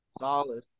solid